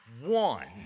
one